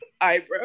eyebrow